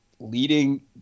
leading